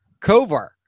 Kovar